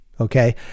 Okay